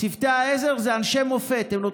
צוותי העזר, הם אנשי מופת.